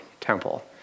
temple